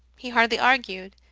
he hardly argued,